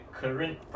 current